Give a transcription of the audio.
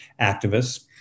activists